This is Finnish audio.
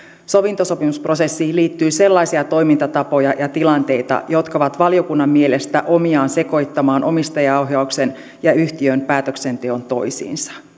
sovintosopimusprosessiin liittyy sellaisia toimintatapoja ja tilanteita jotka ovat valiokunnan mielestä omiaan sekoittamaan omistajaohjauksen ja yhtiön päätöksenteon toisiinsa